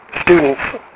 students